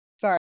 sorry